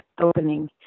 opening